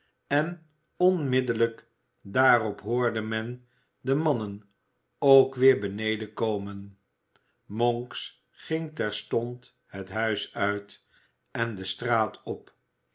en onmiddellijk daarop hoorde men de mannen ook weer beneden komen monks ging terstond het huis uit en de straat op